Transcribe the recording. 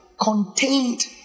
contained